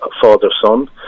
father-son